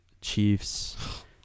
Chiefs